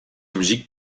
muziek